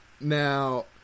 Now